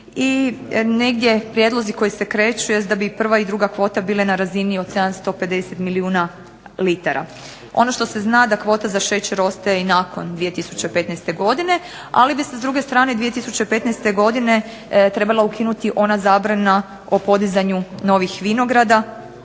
I negdje prijedlozi koji se kreću, jest da bi i prva i druga kvota bile na razini od 750 milijuna litara. Ono što se zna da kvota za šećer ostaje i nakon 2015. godine, ali bi se s druge strane 2015. godine trebala ukinuti ona zabrana o podizanju novih vinograda,